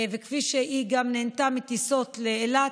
וכפי שהיא נהנתה מטיסות לאילת,